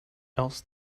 else